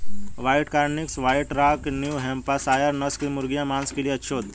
white Cornish, white rock, New Hampshire नस्ल की मुर्गियाँ माँस के लिए अच्छी होती हैं